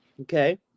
okay